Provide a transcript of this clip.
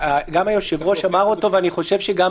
זה משהו שגם היושב-ראש אמר ואני חושב שגם